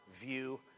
view